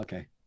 Okay